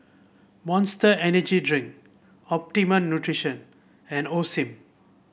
Monster Energy Drink Optimum Nutrition and Osim